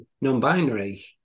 non-binary